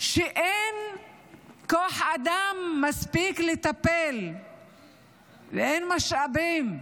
שאין מספיק כוח אדם כדי לטפל ואין משאבים.